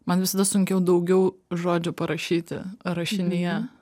man visada sunkiau daugiau žodžių parašyti rašinyje